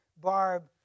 Barb